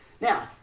now